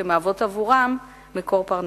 שמהוות עבורם מקור פרנסה.